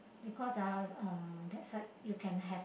because uh um that side you can have